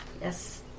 Yes